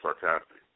sarcastic